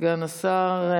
סגן השר.